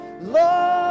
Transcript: Lord